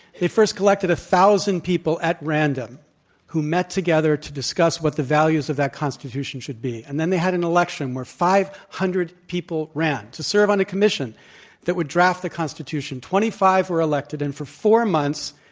they first collected a thousand people at random who met together to discuss what the values of that constitution should be. and then they had an election where five hundred people ran to serve on the commission that would draft the constitution. twenty five were elected. and for four months,